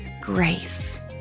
Grace